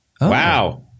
wow